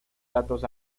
datos